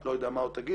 לא יודע מה עוד תגידו,